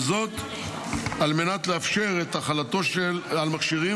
וזאת על מנת לאפשר את החלתו על מכשירים